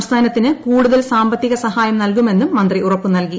സംസ്ഥാനത്തിന് കൂടുതൽ സാമ്പത്തിക സഹായം നൽകുമെന്നും മന്ത്രി ഉറപ്പു നൽകി